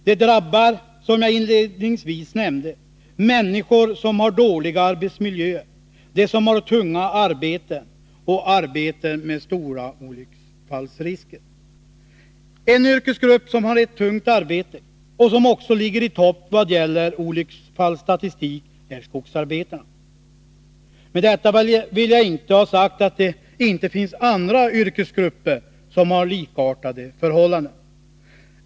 Det drabbar, som jag inledningsvis nämnde, människor som har dåliga arbetsmiljöer, tunga arbeten och arbeten med stora olycksfallsrisker. En yrkesgrupp som har ett tungt arbete och som även ligger i topp vad gäller olycksfallsstatistik är skogsarbetarna. Med detta vill jag inte ha sagt att det inte finns andra yrkesgrupper som har likartade förhållanden.